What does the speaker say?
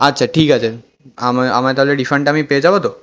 আচ্ছা ঠিক আছে আমায় আমায় তাহলে রিফাণ্ডটা আমি পেয়ে যাবো তো